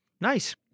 nice